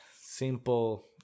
simple